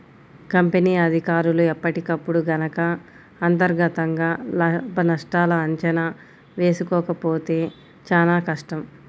company అధికారులు ఎప్పటికప్పుడు గనక అంతర్గతంగా లాభనష్టాల అంచనా వేసుకోకపోతే చానా కష్టం